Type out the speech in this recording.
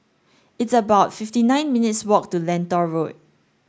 it's about fifty nine minutes' walk to Lentor Road